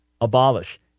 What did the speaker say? abolish